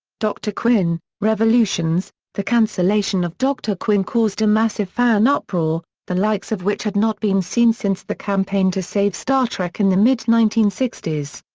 dr. quinn revolutions the cancellation of dr. quinn caused a massive fan uproar, the likes of which had not been seen since the campaign to save star trek in the mid nineteen sixty s.